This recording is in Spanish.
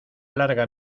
larga